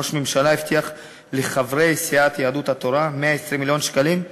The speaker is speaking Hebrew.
ראש הממשלה הבטיח לחברי סיעת יהדות התורה 120 מיליון שקלים,